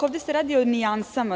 Ovde se radi o nijansama.